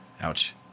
Ouch